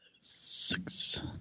six